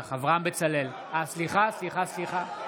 בעד אברהם בצלאל, בעד